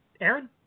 Aaron